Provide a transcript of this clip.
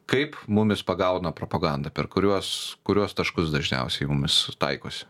kaip mumis pagauna propaganda per kuriuos kuriuos taškus dažniausiai į mumis taikosi